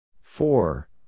four